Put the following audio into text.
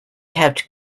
kept